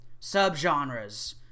subgenres